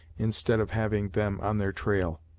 instead of having them on their trail.